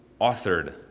authored